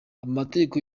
amategeko